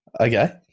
Okay